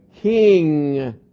King